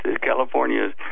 California